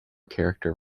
character